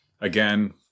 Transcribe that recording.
Again